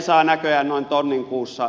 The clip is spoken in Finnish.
saavat näköjään noin tonnin kuussa veronmaksajien rahaa